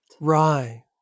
Rye